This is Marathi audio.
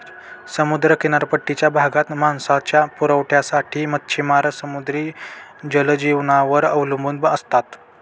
समुद्र किनारपट्टीच्या भागात मांसाच्या पुरवठ्यासाठी मच्छिमार समुद्री जलजीवांवर अवलंबून असतात